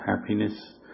happiness